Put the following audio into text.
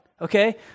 okay